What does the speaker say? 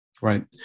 Right